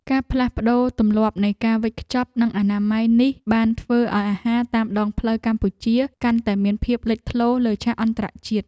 ការផ្លាស់ប្តូរទម្លាប់នៃការវេចខ្ចប់និងអនាម័យនេះបានធ្វើឱ្យអាហារតាមដងផ្លូវកម្ពុជាកាន់តែមានភាពលេចធ្លោលើឆាកអន្តរជាតិ។